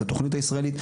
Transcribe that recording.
את התכנית הישראלית,